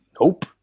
Nope